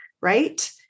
right